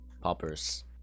poppers